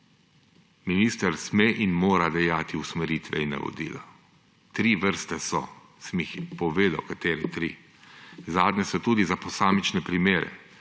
Minister sme in mora dajati usmeritve in navodila. Tri vrste so, sem jih povedal, katere tri. Zadnje so tudi za posamične primere,